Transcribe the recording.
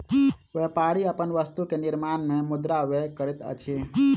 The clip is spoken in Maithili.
व्यापारी अपन वस्तु के निर्माण में मुद्रा व्यय करैत अछि